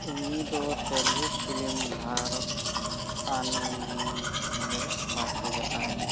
ᱩᱱᱤᱫᱚ ᱛᱮᱞᱮᱜᱩ ᱯᱷᱤᱞᱢ ᱵᱷᱟᱨᱚᱛ ᱟᱱᱮ ᱱᱮᱱᱩ ᱨᱮᱭ ᱯᱟᱴ ᱞᱮᱫᱟᱭ